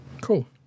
cool